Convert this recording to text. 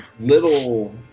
little